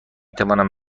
توانم